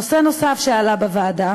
נושא נוסף שעלה בוועדה,